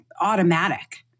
automatic